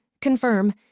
Confirm